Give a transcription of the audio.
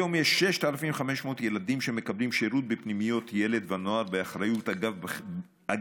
היום יש 6,500 ילדים שמקבלים שירות בפנימיות ילד ונוער באחריות אגף